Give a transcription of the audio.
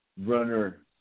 runner